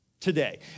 today